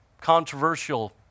controversial